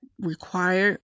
required